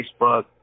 Facebook